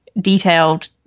detailed